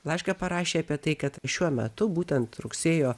laišką parašė apie tai kad šiuo metu būtent rugsėjo